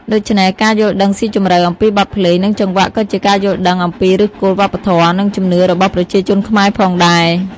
ដូច្នេះ ការយល់ដឹងស៊ីជម្រៅអំពីបទភ្លេង និងចង្វាក់ក៏ជាការយល់ដឹងអំពីឫសគល់វប្បធម៌ និងជំនឿរបស់ប្រជាជនខ្មែរផងដែរ។